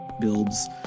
builds